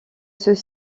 ceux